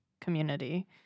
community